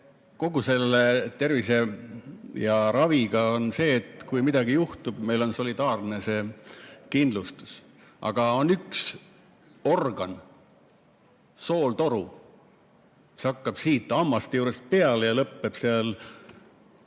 kogu selle tervise ja raviga on see, et kui midagi juhtub, meil on solidaarne kindlustus. Aga on üks organ, sooltoru, see hakkab siit hammaste juurest peale ja lõpeb seal